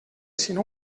sinó